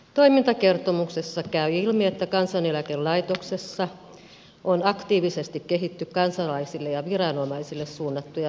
toimintakertomuksessa käy ilmi että kansaneläkelaitoksessa on aktiivisesti kehitetty kansalaisille ja viranomaisille suunnattuja verkkoasiointipalveluja